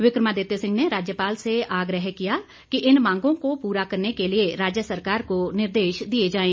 विक्रमादित्य सिंह ने राज्यपाल से आग्रह किया कि इन मांगों को पूरा करने के लिए राज्य सरकार को निर्देश दिए जाएं